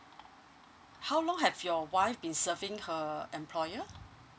how long have your wife been serving her employer